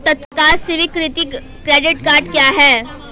तत्काल स्वीकृति credit cards क्या हैं?